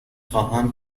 خواهم